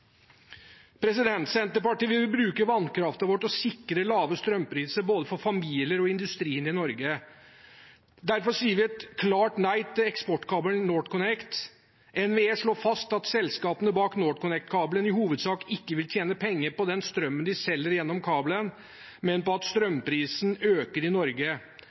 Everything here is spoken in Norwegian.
Senterpartiet vil bruke vannkraften vår til å sikre lave strømpriser både for familier og for industrien i Norge. Derfor sier vi et klart nei til eksportkabelen NorthConnect. NVE slår fast at selskapene bak NorthConnect-kabelen i hovedsak ikke vil tjene penger på den strømmen de selger gjennom kabelen, men på at strømprisen øker i Norge.